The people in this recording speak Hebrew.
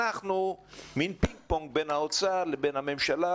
שהם מעין פינג פונג בין האוצר לבין הממשלה